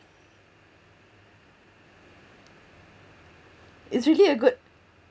it's really a good